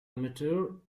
amateur